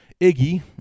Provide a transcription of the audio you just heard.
Iggy